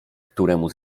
któremu